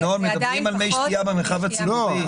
ינון, מדברים על מי שתייה במרחב הציבורי.